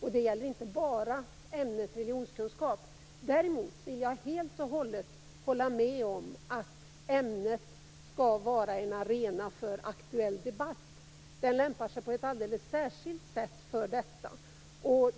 Det gäller inte bara ämnet religionskunskap. Däremot vill jag helt och hållet instämma i att ämnet skall vara en arena för aktuell debatt. Ämnet lämpar sig alldeles särskilt för det.